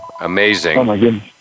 amazing